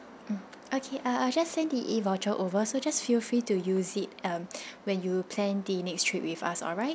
mm okay uh I'll just send the e voucher over so just feel free to use it um when you plan the next trip with us alright